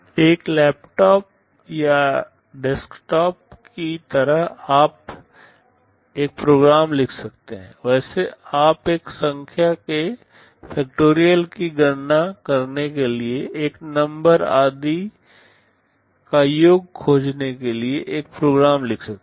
एक लैपटॉप या डेस्कटॉप की तरह आप एक प्रोग्राम लिख सकते हैं वैसे आप एक संख्या के फ़ैक्टोरियल की गणना करने के लिए एन नंबर आदि का योग खोजने के लिए एक प्रोग्राम लिख सकते हैं